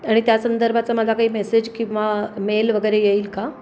आणि त्या संदर्भाचा मला काही मेसेज किंवा मेल वगरे येईल का